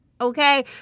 Okay